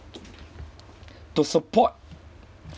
to support